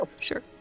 Sure